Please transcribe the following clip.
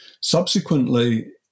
Subsequently